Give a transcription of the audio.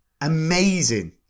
amazing